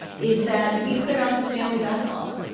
is that we clear out the family backlog,